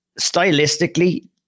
stylistically